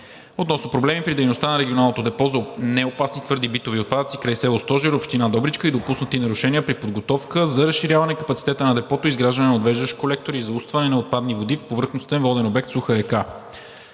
относно проблеми при дейността на регионално депо за неопасни твърди битови отпадъци край село Стожер, община Добричка, и допуснати нарушения при подготовка за разширяване капацитета на депото и изграждане на отвеждащ колектор и заустване на отпадни води в повърхностен воден обект „Суха река“.